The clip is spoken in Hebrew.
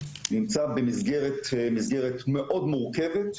נמצא במסגרת מאוד מורכבת,